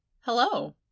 Hello